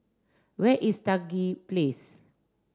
where is Stangee Place